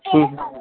ଉଁ ହୁଁ